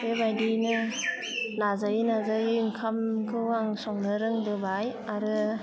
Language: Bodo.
बेबायदियैनो नाजायै नाजायै ओंखामखौ आं संनो रोंबोबाय आरो